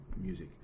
music